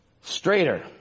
straighter